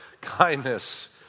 Kindness